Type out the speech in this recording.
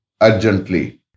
urgently